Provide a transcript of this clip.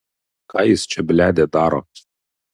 ką jis čia bledė daro